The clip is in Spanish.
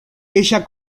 ella